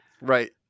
Right